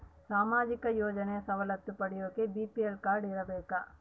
ಸಾಮಾಜಿಕ ಯೋಜನೆ ಸವಲತ್ತು ಪಡಿಯಾಕ ಬಿ.ಪಿ.ಎಲ್ ಕಾಡ್೯ ಇರಬೇಕಾ?